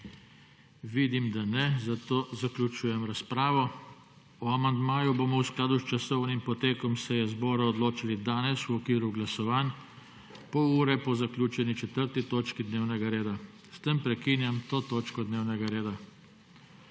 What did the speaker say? Vidim, da ne, zato zaključujem razpravo. O amandmaju bomo v skladu s časovnim potekom seje zbora odločali danes v okviru glasovanju, pol ure po zaključeni 4. točki dnevnega reda. S tem prekinjam to točko dnevnega reda.